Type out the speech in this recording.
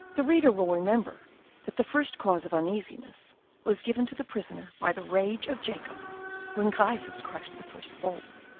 the reader will remember that the first cause of uneasiness was given to the prisoner by the rage of jacob when gryphus crushed the first bulb.